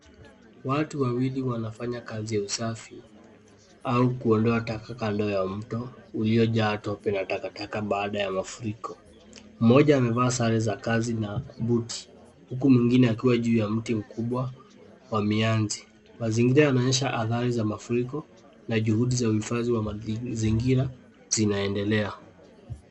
Watu wawili wanafanya kazi ya usafi au kuondoa taka kando mto uliojaa tope na taka baada ya mafuriko. Mmoja amevaa sare za kazi na buti, huku mwingine akiwa juu ya mti wa mianzi. Mazingira yanaonyesha athari za mafuriko na juhudi za uhifadhi wa mazingira zinaendelea.